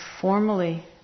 formally